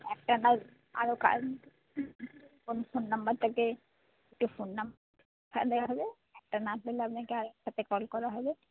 এক টানা আরো কোন ফোন নম্বর থেকে দুটো ফোন নম্বর নেওয়া হবে একটা না ধরলে আপনাকে আরেকটাতে কল করা হবে